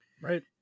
right